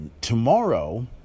tomorrow